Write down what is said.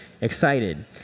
excited